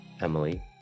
Emily